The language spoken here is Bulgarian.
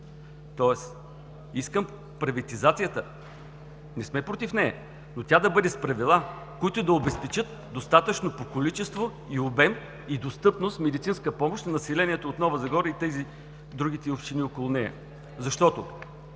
тоест искам приватизацията, не сме против нея, но тя да бъде с правила, които да обезпечат достатъчно по количество, обем и достъпност медицинска помощ на населението от Нова Загора и другите общини около нея. Защото